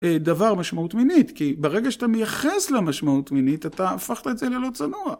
דבר משמעות מינית כי ברגע שאתה מייחס לה משמעות מינית אתה הפכת את זה ללא צנוע.